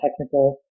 technical